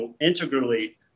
integrally